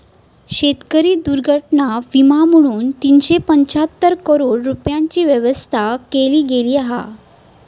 शेतकरी दुर्घटना विमा म्हणून तीनशे पंचाहत्तर करोड रूपयांची व्यवस्था केली गेली हा